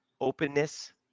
openness